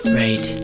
right